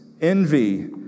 envy